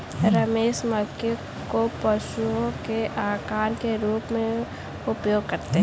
रमेश मक्के को पशुओं के आहार के रूप में उपयोग करता है